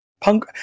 Punk